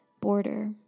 border